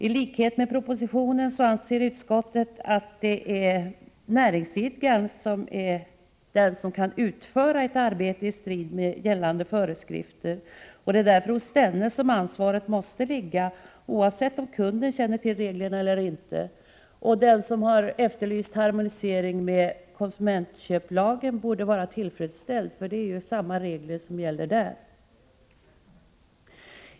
I likhet med vad som sägs i propositionen anser utskottet att det är näringsidkaren som är den som kan utföra ett arbete i strid med gällande föreskrifter. Det är därför hos denne som ansvaret måste ligga, oavsett om kunden känner till reglerna eller inte. Och den som har efterlyst harmonisering med konsumentköpslagen borde vara tillfredsställd, för det är ju samma regler som gäller där.